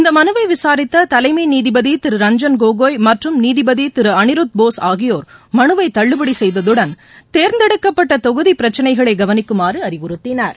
இந்த மனுவை விசாரித்த தலைமை நீதிபதி திரு ரஞ்ஜன் கோகோய் மற்றும் நீதிபதி திரு அளிருத் போஸ் ஆகியோர் மனுவை தள்ளுபடி செய்ததுடன் தேர்ந்தெடுக்கப்பட்ட தொகுதி பிர ச்சினை கவனிக்குமாறு அறிவுறுத்தினர்